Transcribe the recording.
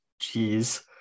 Jeez